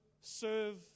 serve